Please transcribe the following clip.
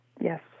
Yes